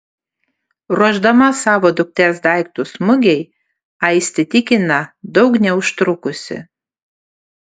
ruošdama savo dukters daiktus mugei aistė tikina daug neužtrukusi